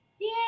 yay